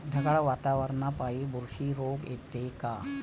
ढगाळ वातावरनापाई बुरशी रोग येते का?